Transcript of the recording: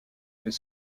fait